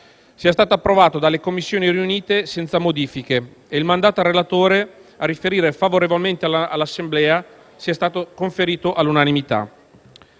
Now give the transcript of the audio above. sia stato approvato dalle Commissioni riunite senza modifiche e il mandato al relatore a riferire favorevolmente all'Assemblea sia stato conferito all'unanimità.